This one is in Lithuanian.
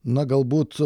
na galbūt